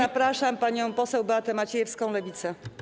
Zapraszam panią poseł Beatę Maciejewską, Lewica.